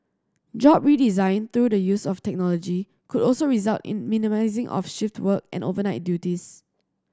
job redesign through the use of technology could also result in minimising of shift work and overnight duties